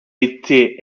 été